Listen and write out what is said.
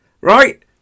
right